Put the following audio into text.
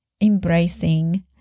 embracing